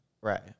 Right